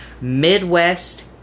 Midwest